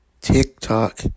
TikTok